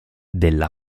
dalla